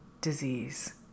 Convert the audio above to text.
disease